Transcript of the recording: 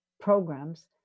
programs